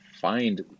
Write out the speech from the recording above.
find